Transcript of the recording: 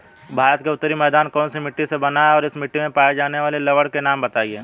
भारत का उत्तरी मैदान कौनसी मिट्टी से बना है और इस मिट्टी में पाए जाने वाले लवण के नाम बताइए?